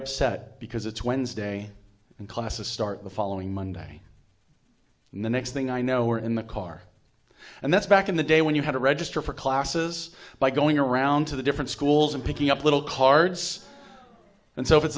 upset because it's wednesday and classes start the following monday and the next thing i know we're in the car and that's back in the day when you have to register for classes by going around to the different schools and picking up little cards and so if it's